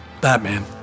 Batman